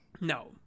No